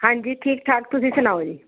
ਹਾਂਜੀ ਠੀਕ ਠਾਕ ਤੁਸੀਂ ਸੁਣਾਓ ਜੀ